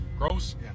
gross